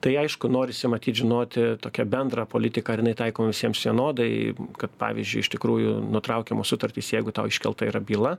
tai aišku norisi matyt žinoti tokią bendrą politiką ar jinai taikoma visiems vienodai kad pavyzdžiui iš tikrųjų nutraukiamos sutartys jeigu tau iškelta yra byla